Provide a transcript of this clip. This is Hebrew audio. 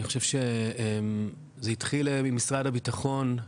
אני חושב שזה התחיל ממשרד הביטחון,